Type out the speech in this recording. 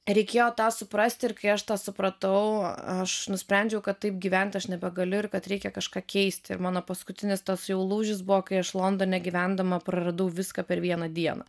reikėjo tą suprasti ir kai aš tą supratau aš nusprendžiau kad taip gyvent aš nebegaliu ir kad reikia kažką keisti ir mano paskutinis toks jau lūžis buvo kai aš londone gyvendama praradau viską per vieną dieną